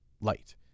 light